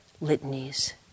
litanies